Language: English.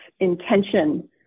intention